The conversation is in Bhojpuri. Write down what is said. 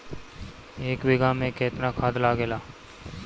एक बिगहा में केतना खाद लागेला?